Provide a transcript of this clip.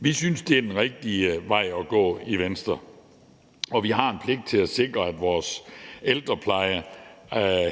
Venstre, det er den rigtige vej at gå. Vi har en pligt til at sikre vores ældrepleje,